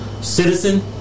Citizen